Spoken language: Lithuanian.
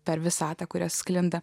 per visatą kuria sklinda